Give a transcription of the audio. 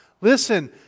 Listen